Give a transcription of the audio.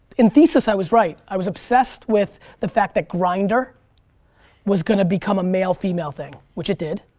in thesis i was right. i was obsessed with the fact that grindr was gonna become a male-female thing. which it did.